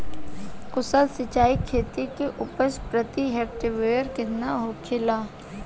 कुशल सिंचाई खेती से उपज प्रति हेक्टेयर केतना होखेला?